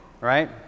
right